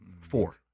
four